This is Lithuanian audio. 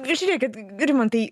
jūs žiūrėkit rimantai